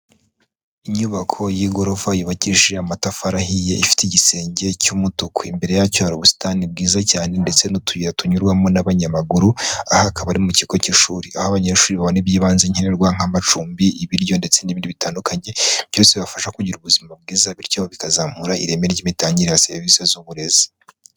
Inyubako y'igorofa yubakishije amatafari ahiye ifite igisenge cy'umutuku, imbere yacyo hari ubusitani bwiza cyane ndetse n'utuyira tunyurwamo n'abanyamaguru, aha akaba ari mu kigo cy'ishuri aho abanyeshuri babona iby'ibanze nkenerwa nk'amacumbi, ibiryo ndetse n'ibindi bitandukanye, byose bibafasha kugira ubuzima bwiza bityo bikazamura ireme ry'imitangire ya serivisi z'uburezi.